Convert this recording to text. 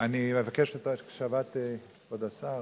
אני מבקש את הקשבת כבוד השר,